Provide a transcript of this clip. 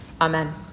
Amen